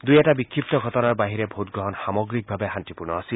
দুই এটা বিক্ষিপ্ত ঘটনাৰ বাহিৰে ভোটগ্ৰহণ সাগ্ৰিকভাৱে শান্তিপূৰ্ণ আছিল